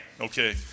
Okay